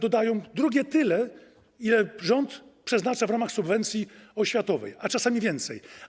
Dodają drugie tyle, ile rząd przeznacza w ramach subwencji oświatowej, a czasami więcej.